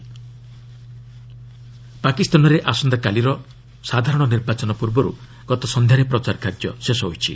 Pak election ପାକିସ୍ତାନରେ ଆସନ୍ତାକାଲିର ସାଧାରଣ ନିର୍ବାଚନ ପୂର୍ବରୁ ଗତ ସନ୍ଧ୍ୟାରେ ପ୍ରଚାର କାର୍ଯ୍ୟ ଶେଷ ହୋଇଛି